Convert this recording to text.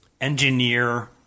engineer